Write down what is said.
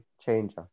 changer